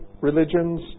religions